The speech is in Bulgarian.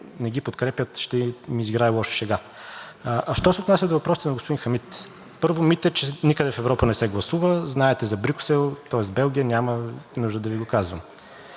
не ги подкрепят ще им изиграе лоша шега. Що се отнася до въпросите на господин Хамид, първо, мит е, че никъде в Европа не се гласува – знаете за Брюксел, тоест Белгия, няма нужда да Ви го казвам.